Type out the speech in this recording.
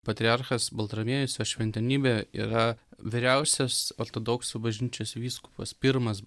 patriarchas baltramiejus jo šventenybė yra vyriausias ortodoksų bažnyčios vyskupas pirmas